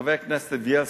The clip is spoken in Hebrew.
חבר הכנסת בילסקי.